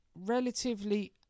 relatively